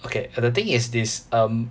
okay the thing is this um